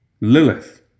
Lilith